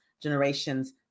generations